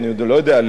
אני לא יודע,